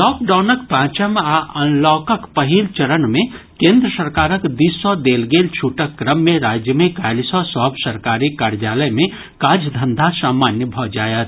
लॉकडाउनक पाचम आ अनलॉकक पहिल चरण मे केन्द्र सरकारक दिस सॅ देल गेल छूटक क्रम मे राज्य मे काल्हि सॅ सभ सरकारी कार्यालय मे काजधंधा सामान्य भऽ जायत